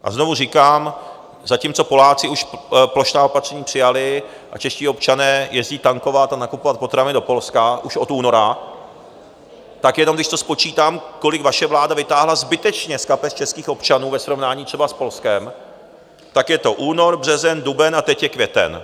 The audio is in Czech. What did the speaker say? A znovu říkám, zatímco Poláci už plošná opatření přijali a čeští občané jezdí tankovat a nakupovat potraviny do Polska už od února, tak jenom když spočítám, kolik vaše vláda vytáhla zbytečně z kapes českých občanů ve srovnání třeba s Polskem, tak je to únor, březen, duben a teď je květen.